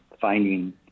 finding